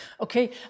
Okay